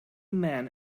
men